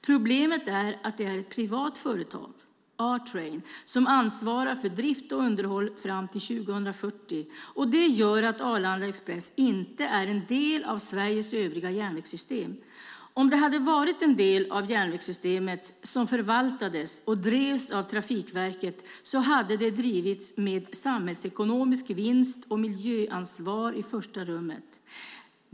Problemet är att det är ett privat företag, A-Train, som ansvarar för drift och underhåll fram till 2040, och det gör att Arlanda Express inte är en del av Sveriges övriga järnvägssystem. Om det hade varit en del av järnvägssystemet som förvaltades och drevs av Trafikverket hade det drivits med samhällsekonomisk vinst och miljöansvar i första rummet.